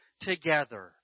together